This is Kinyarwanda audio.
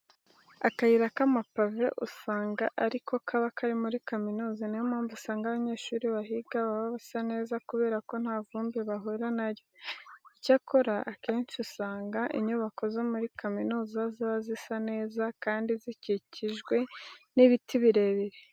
Akayira k'amapave usanga ari ko kaba kari muri kaminuza, niyo mpamvu usanga abanyeshuri bahiga baba basa neza kubera ko nta vumbi bahura na ryo. Icyakora akenshi usanga inyubako zo muri kaminuza ziba zisa neza kandi zikikijwe n'ibiti birebire.